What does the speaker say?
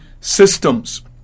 systems